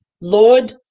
Lord